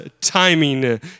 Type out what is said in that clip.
timing